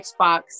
Xbox